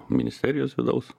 ministerijos vidaus